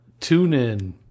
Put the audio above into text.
TuneIn